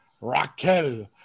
Raquel